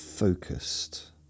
focused